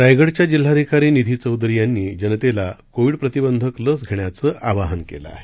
रायगडच्या जिल्हाधिकारी निधी चौधरी यांनी जनतेला कोविड प्रतिबंधक लस घेण्याचं आवाहन केलं आहे